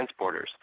transporters